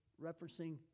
referencing